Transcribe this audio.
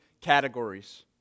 categories